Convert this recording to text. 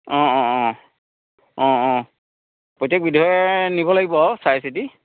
অ' অ' অ' অ' অ' প্ৰত্যেক বিধৰে নিব লাগিব আৰু চাই চিতি